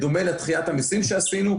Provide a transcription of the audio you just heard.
בדומה לדחיית המיסים שעשינו,